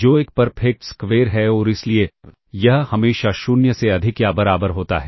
जो एक perfect square है और इसलिए यह हमेशा 0 से अधिक या बराबर होता है